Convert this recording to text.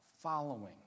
following